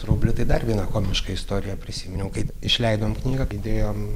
rublį tai dar vieną komišką istoriją prisiminiau kai išleidom knygą įdėjom